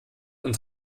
und